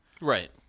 Right